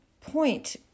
point